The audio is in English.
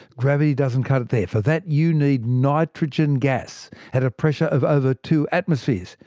gravity doesn't cut it there. for that, you need nitrogen gas at a pressure of over two atmospheres.